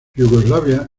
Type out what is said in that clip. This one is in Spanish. yugoslavia